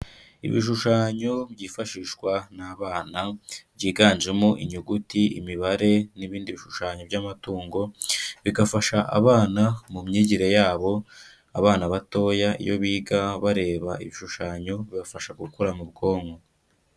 Ibishushanyo byifashishwa n'abana byiganjemo inyuguti, imibare n'ibindi bishushanyo by'amatungo, bigafasha abana mu myigire yabo, abana batoya iyo biga bareba ibishushanyo bibafasha gukura mu bwonko.